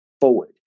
forward